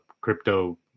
crypto